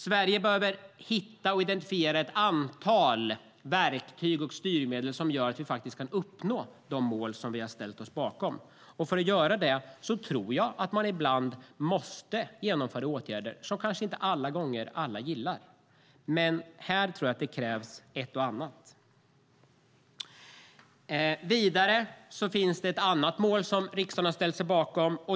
Sverige behöver hitta och identifiera ett antal verktyg och styrmedel som gör att vi faktiskt kan uppnå de mål som vi har ställt oss bakom. För att göra det tror jag att man ibland måste genomföra åtgärder som kanske inte alla gillar alla gånger. Men här tror jag att det krävs ett och annat. Det finns vidare ett annat mål som riksdagen har ställt sig bakom.